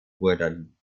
wurden